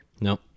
No